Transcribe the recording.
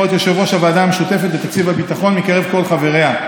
את יושב-ראש הוועדה המשותפת לתקציב הביטחון מקרב כל חבריה.